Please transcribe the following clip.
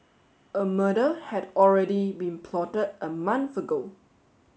a murder had already been plotted a month ago